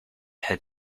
had